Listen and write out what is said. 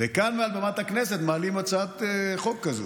וכאן, מעל במת הכנסת, מעלים הצעת חוק כזאת.